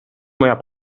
moja